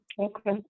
Okay